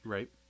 Right